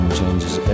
changes